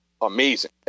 amazing